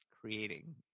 creating